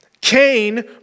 Cain